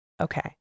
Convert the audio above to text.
Okay